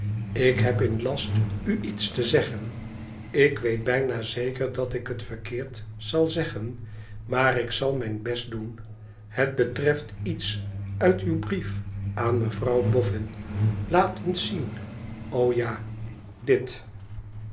tik heb in last u iets te zeggen ik weet bijna zeker dat ik het verkeerd zal zeggen maar ik zal mijn best doen het betreft iets uit uw brief aan mevrouw boffin laat eens zien o ja dit